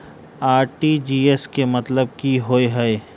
RTGS केँ मतलब की होइ हय?